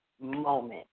moment